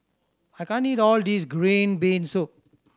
I can't eat all this green bean soup